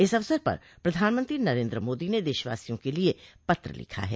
इस अवसर पर प्रधानमंत्री नरेन्द्र मोदी ने देशवासियों के लिये पत्र लिखा है